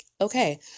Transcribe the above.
Okay